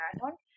marathon